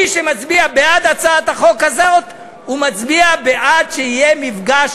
מי שמצביע בעד הצעת החוק הזאת מצביע בעד שיהיה מפגש